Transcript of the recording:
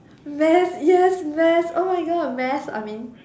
math yes math oh my god math I mean